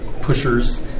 pushers